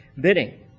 bidding